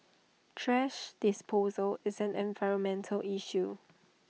thrash disposal is an environmental issue